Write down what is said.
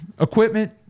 equipment